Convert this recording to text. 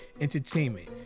entertainment